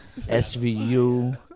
svu